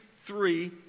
three